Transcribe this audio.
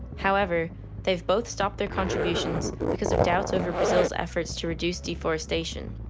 however they've both stopped their contributions because of doubts over brazil's efforts to reduce deforestation.